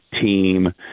team